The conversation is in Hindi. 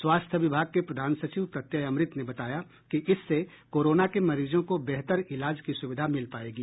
स्वास्थ्य विभाग के प्रधान सचिव प्रत्यय अमृत ने बताया कि इससे कोरोना के मरीजों को बेहतर इलाज की सुविधा मिल पायेगी